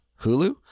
Hulu